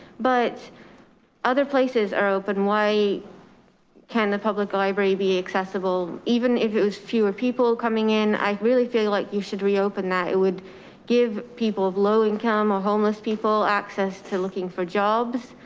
but other places are open. why can the public library be accessible? even if it was fewer people coming in, i really feel like you should reopen that. it would give people of low income or homeless people access to looking for jobs,